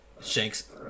Shanks